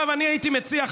אני הייתי מציע,